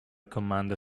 commander